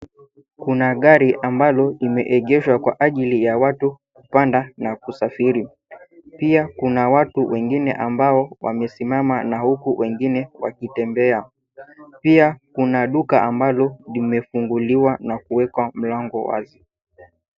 Kuna gari ambalo limeegeshwa kwa ajili ya watu kupanda na kusafiri. Pia, kuna watu wengine ambao wamesimama na huku wengine wakitembea. Pia, kuna duka ambalo limefunguliwa na kuwekwa mlango wazi.